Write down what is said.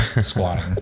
squatting